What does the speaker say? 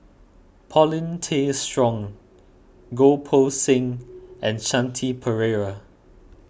Paulin Tay Strong Goh Poh Seng and Shanti Pereira